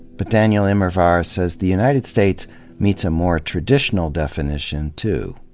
but daniel immerwahr says the united states meets a more traditional definition, too.